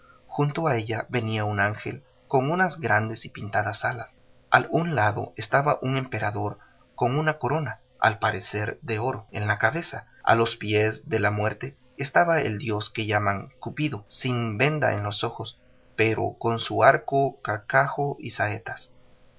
junto a ella venía un ángel con unas grandes y pintadas alas al un lado estaba un emperador con una corona al parecer de oro en la cabeza a los pies de la muerte estaba el dios que llaman cupido sin venda en los ojos pero con su arco carcaj y saetas